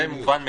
זה מובן מאליו.